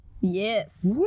Yes